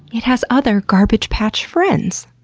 it has other garbage patch friends.